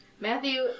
Matthew